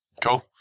Cool